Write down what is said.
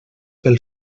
pel